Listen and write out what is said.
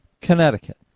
Connecticut